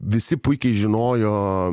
visi puikiai žinojo